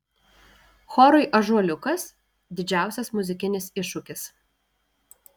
chorui ąžuoliukas didžiausias muzikinis iššūkis